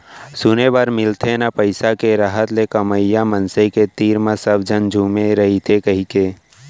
सुने बर मिलथे ना पइसा के रहत ले कमवइया मनसे के तीर म सब झन झुमे रइथें कइके